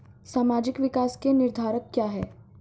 सामाजिक विकास के निर्धारक क्या है?